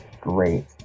Great